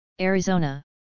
Arizona